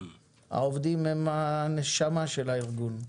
העובדים הם הנשמה של הארגון.